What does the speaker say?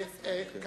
אם השר רוצה.